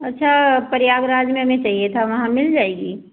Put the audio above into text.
अच्छा प्रयागराज में हमें चाहिए था वहाँ मिल जाएगी